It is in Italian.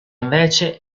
invece